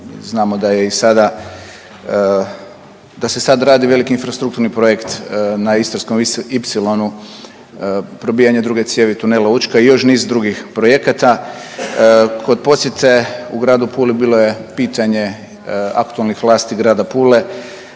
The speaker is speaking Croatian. sada, da se sad radi veliki infrastrukturni projekt na Istarskom ipsilonu probijanje druge cijevi Tunela Učka i još niz drugih projekata. Kod posjete u gradu Puli bilo je pitanje aktualnih vlasti grada Pule